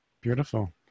beautiful